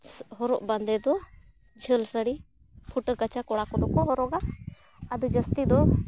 ᱦᱚᱨᱚᱜ ᱵᱟᱸᱫᱮ ᱫᱚ ᱡᱷᱟᱹᱞ ᱥᱟᱹᱲᱤ ᱯᱷᱩᱴᱟᱹ ᱠᱟᱪᱟ ᱠᱚᱲᱟ ᱠᱚᱫᱚ ᱠᱚ ᱦᱚᱨᱚᱜᱟ ᱟᱫᱚ ᱡᱟᱹᱥᱛᱤ ᱫᱚ